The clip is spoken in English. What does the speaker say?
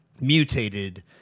mutated